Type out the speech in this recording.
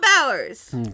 Bowers